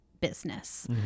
business